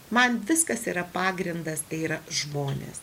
man viskas yra pagrindas tai yra žmonės